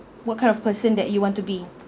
what kind of person that you want to be